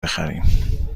بخریم